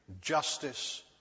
justice